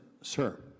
sir